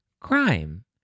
Crime